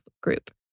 group